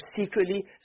secretly